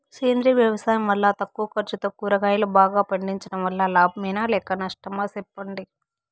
సేంద్రియ వ్యవసాయం వల్ల తక్కువ ఖర్చుతో కూరగాయలు బాగా పండించడం వల్ల లాభమేనా లేక నష్టమా సెప్పండి